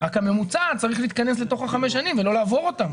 אלא שהממוצע צריך להתכנס לתוך חמש השנים ולא לעבור אותן,